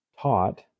taught